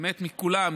באמת מכולם.